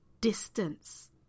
distance